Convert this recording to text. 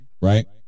right